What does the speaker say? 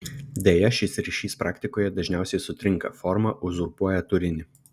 deja šis ryšys praktikoje dažniausiai sutrinka forma uzurpuoja turinį